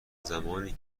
زمانی